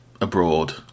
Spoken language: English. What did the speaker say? abroad